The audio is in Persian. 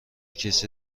کسی